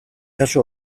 kasu